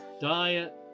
diet